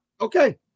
Okay